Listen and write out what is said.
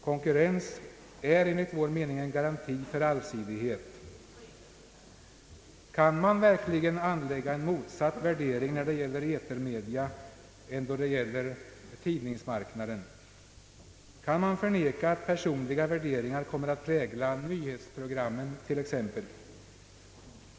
Konkurrens är enligt vår mening en garanti för allsidighet. Kan man verkligen anlägga en motsatt värdering när det gäller etermedia än då det gäller tidningsmarknaden? Kan man förneka att personliga värderingar kommer att prägla nyhetsprogrammen till exempel?